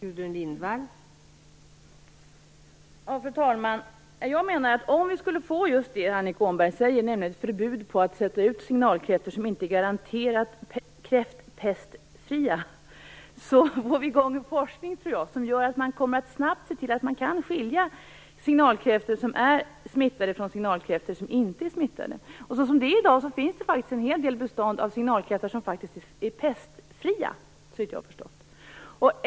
Fru talman! Om vi skulle få just det Annika Åhnberg talar om, nämligen ett förbud mot att sätta ut signalkräftor som inte är garanterat kräftpestfria, tror jag att vi får i gång en forskning som gör att vi snabbt kan skilja signalkräftor som är smittade från signalkräftor som inte är smittade. I dag finns det faktiskt en hel del bestånd av signalkräftor som faktiskt är pestfria, såvitt jag har förstått.